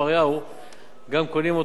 קונים אותו גם בשכונות העוני.